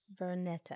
Vernetta